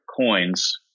coins